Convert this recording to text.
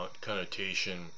connotation